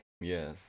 yes